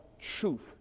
truth